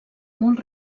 molt